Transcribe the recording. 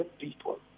people